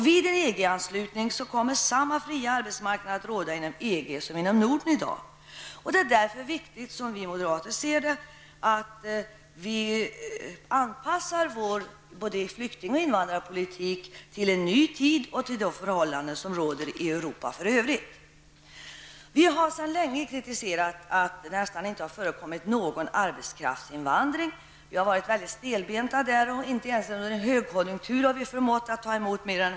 Vid en EG-anslutning kommer samma fria arbetsmarknad att råda inom EG som inom Norden i dag. Det är därför viktigt, som vi moderater ser det, att vi anpassar vår flykting och invandrarpolitik till en ny tid och till de förhållanden som råder i Europa för övrigt. Vi har sedan länge kritiserat att det inte har förekommit någon arbetskraftsinvandring. Vi har varit mycket stelbenta där, och inte ens under en högkonjunktur har vi förmått ta emot särskilt många personer.